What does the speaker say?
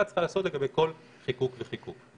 צריכה להיעשות לגבי כל חיקוק וחיקוק.